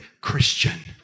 Christian